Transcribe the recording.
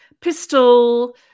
pistol